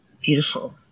beautiful